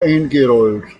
eingerollt